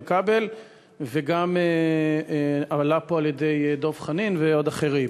כבל וגם הועלו פה על-ידי דב חנין ואחרים.